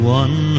one